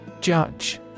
Judge